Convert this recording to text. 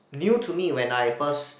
new to me when I first